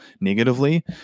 negatively